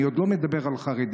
אני עוד לא מדבר על חרדים.